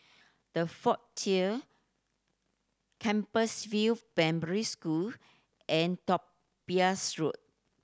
The Frontier Compassvale Primary School and Topaz Road